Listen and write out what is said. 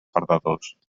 perdedors